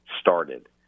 started